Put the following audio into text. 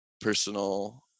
personal